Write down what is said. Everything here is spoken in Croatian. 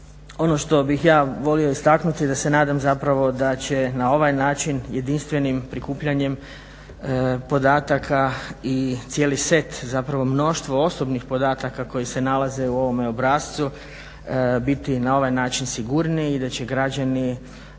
Ono što bih ja volio istaknuti da se nadam zapravo da će na ovaj način jedinstvenim prikupljanjem podataka i cijeli set, zapravo mnoštvo osobnih podataka koji se nalaze u ovome obrascu biti na ovaj način sigurniji i da će građani